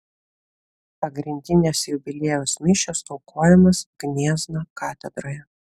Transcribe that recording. pagrindinės jubiliejaus mišios aukojamos gniezno katedroje